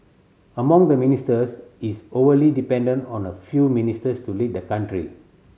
among the ministers is overly dependent on a few ministers to lead the country